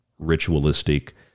ritualistic